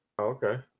Okay